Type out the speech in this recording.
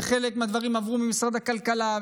וחלק מהדברים עברו ממשרד הכלכלה,